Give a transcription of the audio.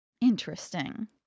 Interesting